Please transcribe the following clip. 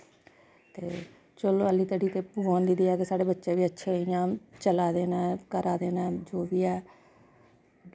ते चलो हाल्ली तोड़ी ते भगवान दी दया दे साढ़े बच्चे बी अच्छे इ'यां चला दे नै करा दे नै जो बी ऐ